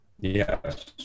Yes